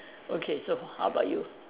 okay so how about you